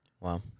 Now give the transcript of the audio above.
Wow